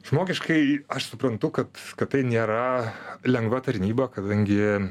žmogiškai aš suprantu kad kad tai nėra lengva tarnyba kadangi